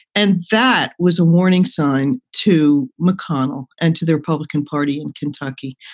and that was a warning sign to mcconnell and to the republican party in kentucky.